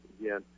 again